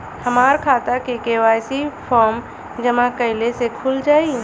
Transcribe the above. हमार खाता KYC form जमा कइले से खुल जाई?